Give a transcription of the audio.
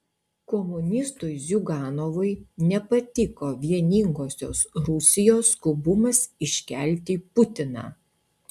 komunistui ziuganovui nepatiko vieningosios rusijos skubumas iškelti putiną